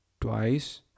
twice